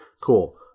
Cool